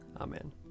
Amen